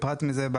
בפרט מזהה,